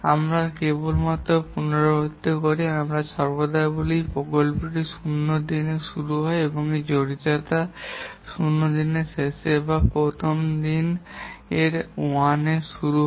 আমি এখানে কেবল পুনরাবৃত্তি করি যে আমরা সর্বদা বলে থাকি যে প্রকল্পটি 0 দিনের শুরু হয় এবং এর জড়িততা 0 দিনের শেষে বা প্রথম দিন 1 শুরু হয়